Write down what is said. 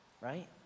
Right